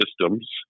systems